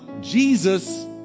Jesus